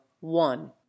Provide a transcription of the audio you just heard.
one